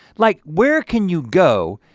like where can you go,